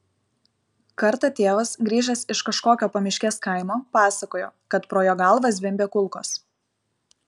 kartą tėvas grįžęs iš kažkokio pamiškės kaimo pasakojo kad pro jo galvą zvimbė kulkos